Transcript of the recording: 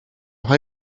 vrai